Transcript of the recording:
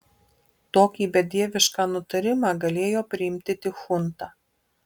tokį bedievišką nutarimą galėjo priimti tik chunta